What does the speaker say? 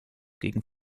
gegen